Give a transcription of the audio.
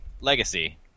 legacy